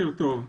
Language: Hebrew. בוקר טוב.